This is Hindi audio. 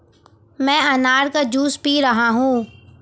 मैं अनार का जूस पी रहा हूँ